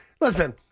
listen